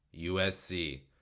USC